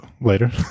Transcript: later